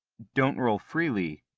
don't roll freely,